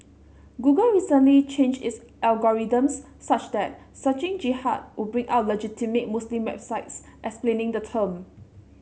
Google recently changed its algorithms such that searching Jihad would bring up legitimate Muslim websites explaining the term